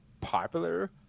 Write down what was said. popular